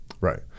Right